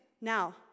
Now